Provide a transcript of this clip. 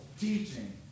teaching